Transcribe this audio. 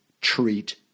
treat